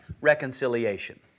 reconciliation